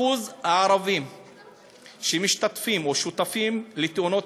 אחוז הערבים שמשתתפים או שותפים בתאונות